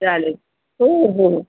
चालेल हो हो